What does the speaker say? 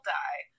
die